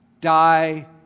die